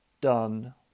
done